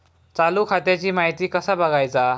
चालू खात्याची माहिती कसा बगायचा?